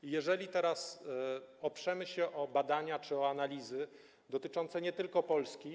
I jeżeli teraz oprzemy się o badania czy o analizy dotyczące nie tylko Polski.